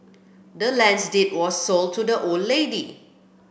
the land's deed was sold to the old lady